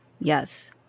Yes